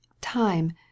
Time